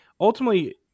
ultimately